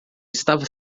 estava